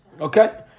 Okay